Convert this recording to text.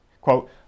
quote